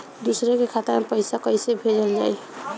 दूसरे के खाता में पइसा केइसे भेजल जाइ?